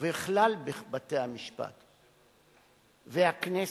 וכלל בתי-המשפט והכנסת,